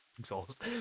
Exhaust